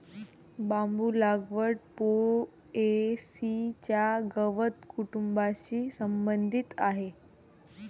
बांबू लागवड पो.ए.सी च्या गवत कुटुंबाशी संबंधित आहे